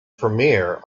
premiere